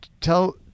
tell